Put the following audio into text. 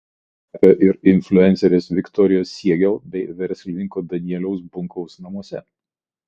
kalėdomis jau kvepia ir influencerės viktorijos siegel bei verslininko danieliaus bunkaus namuose